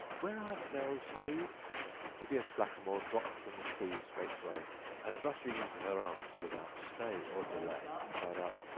where art thou, o saeed? the hideous blackamoor dropped from the tree straightway and, rushing into her arms without stay or delay, cried out,